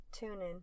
TuneIn